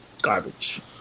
garbage